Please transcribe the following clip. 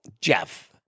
Jeff